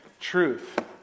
Truth